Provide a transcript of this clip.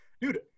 Dude